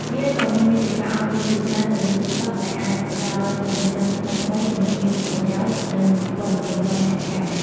វាក៏មានមាតិកាអប់រំជាច្រើននៅលើតិកតុកដែលអាចផ្ដល់ចំណេះដឹងថ្មីៗ គន្លឹះមានប្រយោជន៍ និងព័ត៌មានទាន់ហេតុការណ៍។